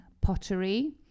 pottery